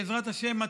בעזרת השם,